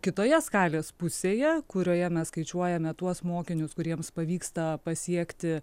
bet kitoje skalės pusėje kurioje mes skaičiuojame tuos mokinius kuriems pavyksta pasiekti